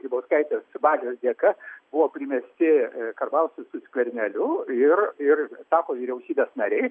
grybauskaitės valios dėka buvo primesti karbauskiui su skverneliu ir ir sako vyriausybės nariai